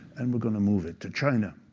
and we're going to move it to china.